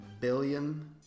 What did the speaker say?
billion